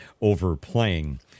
overplaying